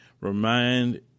remind